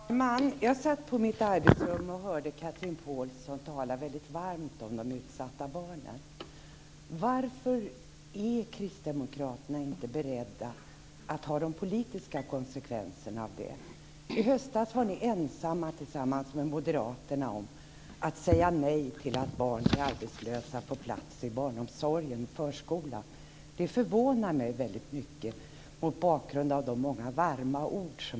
Fru talman! Jag satt på mitt arbetsrum och hörde Chatrine Pålsson tala mycket varmt om de utsatta barnen. Varför är kristdemokraterna inte beredda att ta de politiska konsekvenserna av det? I höstas var ni ensamma om att gå ihop med moderaterna om att säga nej till att barn till arbetslösa får plats i barnomsorgen och förskolan. Det förvånar mig väldigt mycket mot bakgrund av de många varma ord som